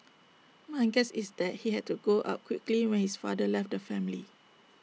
my guess is that he had to grow up quickly when his father left the family